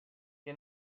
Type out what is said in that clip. que